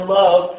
love